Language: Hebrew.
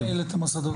מי מנהל את המוסדות